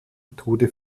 tode